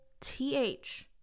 TH